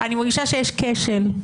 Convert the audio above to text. אני מרגישה שיש כשל,